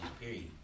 period